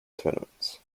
tournaments